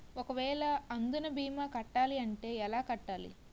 ఒక వేల అందునా భీమా కట్టాలి అంటే ఎలా కట్టాలి?